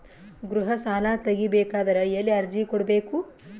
ಗೃಹ ಸಾಲಾ ತಗಿ ಬೇಕಾದರ ಎಲ್ಲಿ ಅರ್ಜಿ ಕೊಡಬೇಕು?